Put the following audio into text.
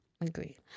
agree